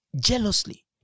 jealously